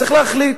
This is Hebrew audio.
צריך להחליט.